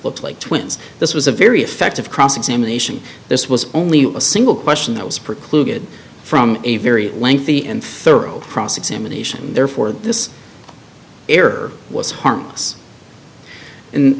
looked like twins this was a very effective cross examination this was only a single question that was precluded from a very lengthy and thorough cross examination therefore this error was harm